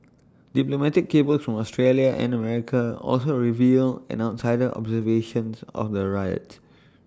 diplomatic cables from Australia and America also revealed an outsider's observation of the riots